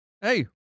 Hey